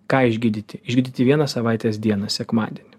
ką išgydyti išgydyti vieną savaitės dieną sekmadienį